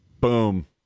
Boom